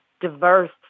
diverse